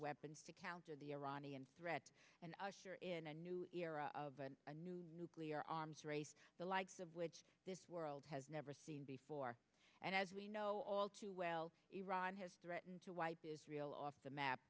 weapons to counter the iranian threat in a new era of a new nuclear arms race the likes of which this world has never seen before and as we know all too well iran has threatened to wipe israel off the map